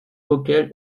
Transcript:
auquel